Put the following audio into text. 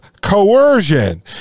coercion